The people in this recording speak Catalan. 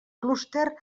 clúster